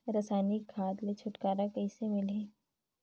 रसायनिक खाद ले छुटकारा कइसे मिलही?